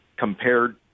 Compared